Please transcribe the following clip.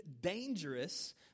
dangerous